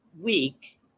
week